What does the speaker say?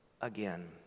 again